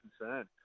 concern